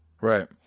Right